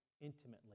intimately